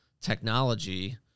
technology